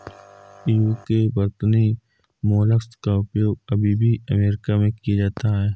UK वर्तनी mollusc का उपयोग अभी भी अमेरिका में किया जाता है